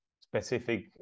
specific